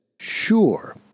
sure